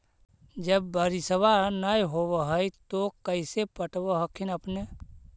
जब बारिसबा नय होब है तो कैसे पटब हखिन अपने?